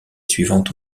suivante